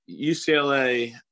UCLA